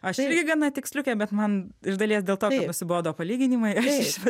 aš irgi gana tiksliukė bet man iš dalies dėl to kad nusibodo palyginimai aš